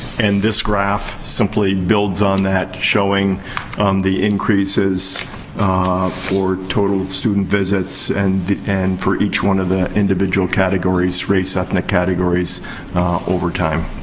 and this graph simply builds on that. showing the increases for total student visits and and for each one of the individual categories. race, ethnic categories over time.